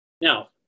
Now